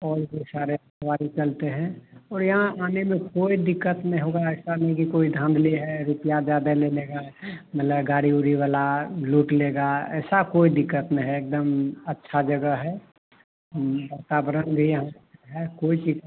और बहुत सारे वाहन चलते हैं और यहाँ आने में कोई दिक्कत ने होगा ऐसा नी कि कोई धाँधली है रुपये ज्यादा ले लेगा मतलब गाड़ी ओरी वाला लूट लेगा ऐसा कोई दिक्कत ने है एकदम अच्छा जगह है वातावरण भी यहाँ है कोई चीज का